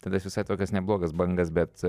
tada jis visai tokias neblogas bangas bet